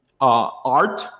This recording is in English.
art